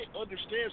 understands